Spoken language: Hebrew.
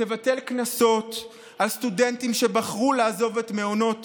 תבטל קנסות לסטודנטים שבחרו לעזוב את מעונות